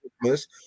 Christmas